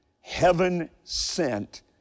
heaven-sent